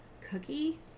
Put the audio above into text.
cookie